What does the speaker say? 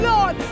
Lord